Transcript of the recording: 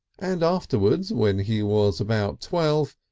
and afterwards, when he was about twelve,